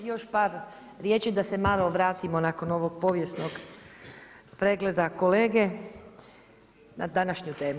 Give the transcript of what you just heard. Još par riječi da se malo vratimo nakon ovog povijesnog pregleda kolege na današnju temu.